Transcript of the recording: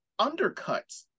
undercuts